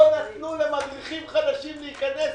לא נתנו למדריכים חדשים להיכנס.